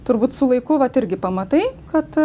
turbūt su laiku vat irgi pamatai kad